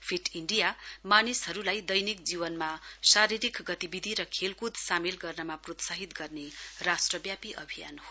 fit India मानिसहरूलाई दैनिक जीवनमा शारीरिक गतिविधि र खेलकृद सामेल गर्नमा प्रोत्साहित गर्ने राष्ट्रव्यापी अभियान हो